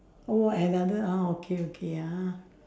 orh another ah okay okay ah